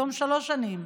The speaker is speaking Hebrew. בתום שלוש שנים,